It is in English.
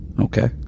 Okay